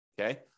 Okay